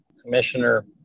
Commissioner